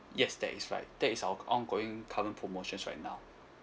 yes that is right that is our ongoing current promotions right now